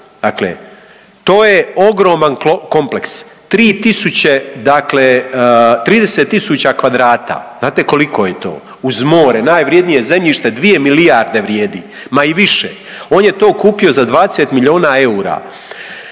dakle to je ogroman kompleks tri tisuće dakle 30.000 kvadrata, znate koliko je to uz more najvrijednije zemljište? Dvije milijarde vrijedi ma i više. On je to kupio za 20 milijuna eura.